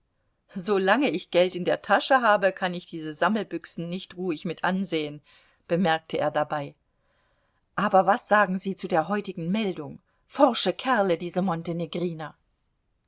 ich geld in der tasche habe kann ich diese sammelbüchsen nicht ruhig mit ansehen bemerkte er dabei aber was sagen sie zu der heutigen meldung forsche kerle diese